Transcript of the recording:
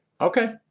okay